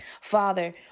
Father